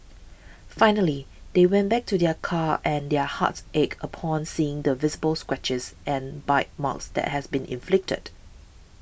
finally they went back to their car and their hearts ached upon seeing the visible scratches and bite marks that has been inflicted